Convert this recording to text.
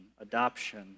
adoption